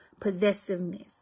possessiveness